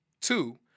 Two